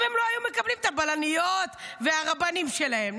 הם לא היו מקבלים את הבלניות והרבנים שלהם,